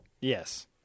Yes